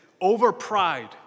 over-pride